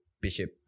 Bishop